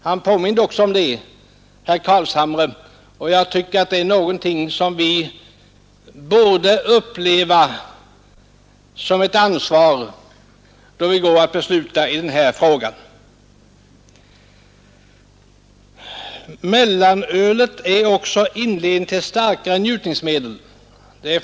Herr Carlshamre påminde också därom, och jag tycker att vi borde känna tyngden av detta ansvar när vi går att besluta i denna fråga. Mellanölet utgör också inledningen till starkare njutningsmedel.